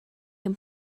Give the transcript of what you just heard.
can